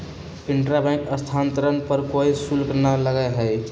intra bank स्थानांतरण पर कोई शुल्क ना लगा हई